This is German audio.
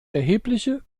erhebliche